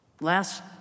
Last